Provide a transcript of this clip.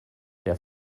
der